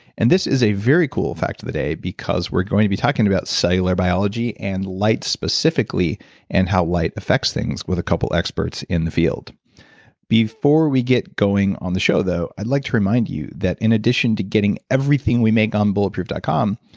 and this is a very cool fact of the day because we're going to be talking about cellular biology and light specifically and how light affects things with a couple of experts in the field before we get going on the show though, i'd like to remind you that in addition to getting everything to make on bulletproof dot com,